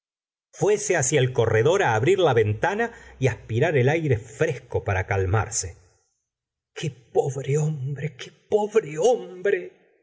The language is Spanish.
fuese hacia el corredor abrir la ventana y aspirar el aire fresco para calmarse qué pobre hombre qué pobre hombre